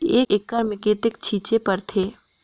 एक एकड़ मे कतेक छीचे पड़थे?